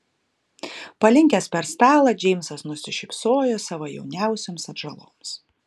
palinkęs per stalą džeimsas nusišypsojo savo jauniausioms atžaloms